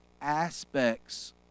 aspects